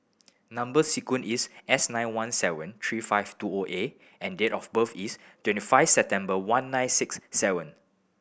number sequence is S nine one seven three five two O A and date of birth is twenty five September one nine six seven